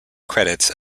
credits